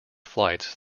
flights